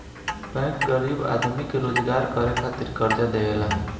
bank गरीब आदमी के रोजगार करे खातिर कर्जा देवेला